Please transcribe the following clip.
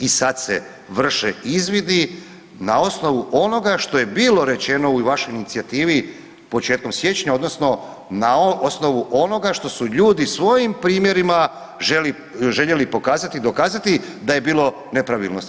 I sad se vrše izvidi na osnovu onoga što je bilo rečeno u vašoj inicijativi početkom siječnja odnosno na osnovu onoga što su ljudi svojim primjerima željeli pokazati i dokazati da je bilo nepravilnosti.